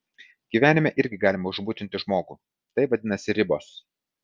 gyvenime irgi galima užmutinti žmogų tai vadinasi ribos